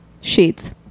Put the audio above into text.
sheets